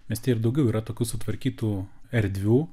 mieste ir daugiau yra tokių sutvarkytų erdvių